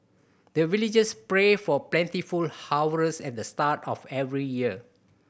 the villagers pray for plentiful harvest at the start of every year